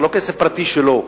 זה לא כסף פרטי שלו.